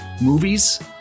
movies